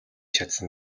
чадсан